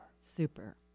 Super